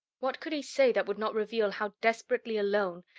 what could he say that would not reveal how desperately alone,